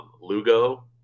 Lugo